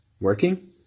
Working